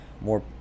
more